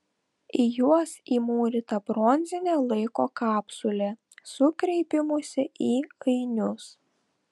į juos įmūryta bronzinė laiko kapsulė su kreipimusi į ainius